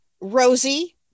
Rosie